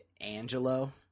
Angelo